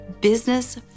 Business